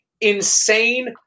insane